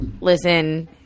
listen